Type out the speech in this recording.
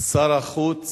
שר החוץ